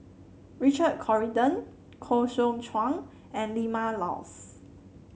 Richard Corridon Koh Seow Chuan and Vilma Laus